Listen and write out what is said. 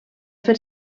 fer